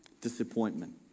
disappointment